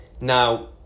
Now